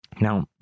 Now